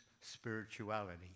Spirituality